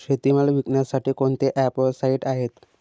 शेतीमाल विकण्यासाठी कोणते ॲप व साईट आहेत?